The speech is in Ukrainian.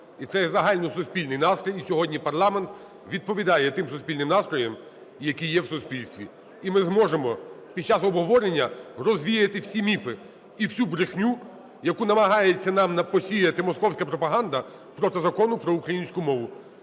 і це є загальносуспільний настрій, і сьогодні парламент відповідає тим суспільним настроям, які є в суспільстві. І ми зможемо під час обговорення розвіяти всі міфи і всю брехню, яку намагається нам посіяти московська пропаганда проти Закону про українську мову.